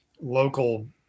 local